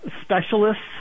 specialists